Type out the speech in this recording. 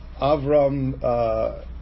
Avram